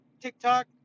tiktok